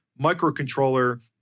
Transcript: microcontroller